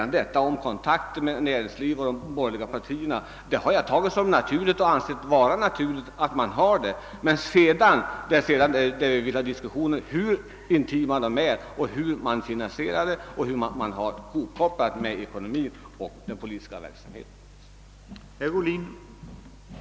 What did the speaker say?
Att det förekommer kontakter mellan näringslivet och de borgerliga partierna har jag tagit som en naturlig sak, men frågan är hur intima dessa kontakter är och hur finansieringen och den politiska verksamheten kopplas ihop.